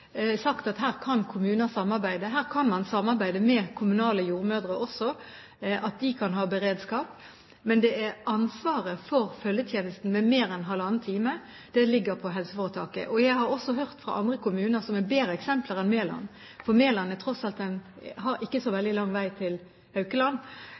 sagt at her kan kommuner samarbeide. Her kan man samarbeide også med kommunale jordmødre, de kan ha beredskap. Men ansvaret for følgetjenesten for dem med mer enn halvannen times reisevei ligger hos helseforetaket. Jeg har også hørt at andre kommuner – som er bedre eksempler enn Meland, for i Meland har man tross alt ikke så lang vei til Haukeland – har